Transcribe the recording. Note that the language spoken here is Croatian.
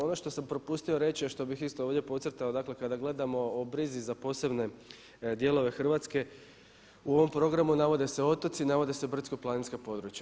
Ono što sam propustio reći a što bih isto ovdje podcrtao, dakle kada gledamo o brizi za posebne dijelove Hrvatske u ovom programu navode se otoci, navode se brdsko-planinska područja.